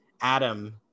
Adam